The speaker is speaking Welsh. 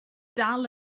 dal